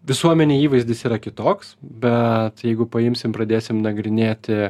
visuomenėj įvaizdis yra kitoks bet jeigu paimsim pradėsim nagrinėti